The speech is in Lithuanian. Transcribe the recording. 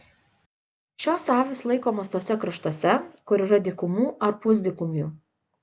šios avys laikomos tuose kraštuose kur yra dykumų ar pusdykumių